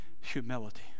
humility